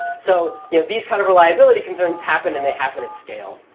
so you know these kind of reliability concerns happen, and they happen at scale.